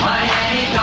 Miami